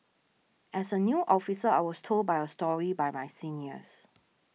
as a new officer I was told by a story by my seniors